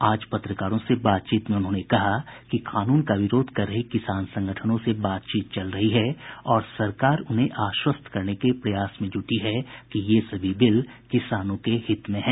आज पत्रकारों से बातचीत में उन्होंने कहा कि कानून का विरोध कर रहे किसान संगठनों से बातचीत चल रही है और सरकार उन्हें आश्वस्त करने के प्रयास में जुटी है कि ये सभी बिल किसानों के हित में हैं